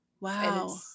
Wow